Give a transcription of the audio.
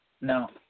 No